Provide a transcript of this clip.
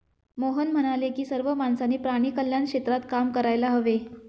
मोहन म्हणाले की सर्व माणसांनी प्राणी कल्याण क्षेत्रात काम करायला हवे